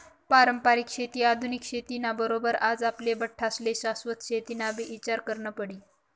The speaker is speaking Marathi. पारंपरिक शेती आधुनिक शेती ना बरोबर आज आपले बठ्ठास्ले शाश्वत शेतीनाबी ईचार करना पडी